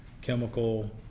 chemical